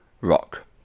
rock